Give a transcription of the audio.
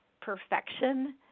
perfection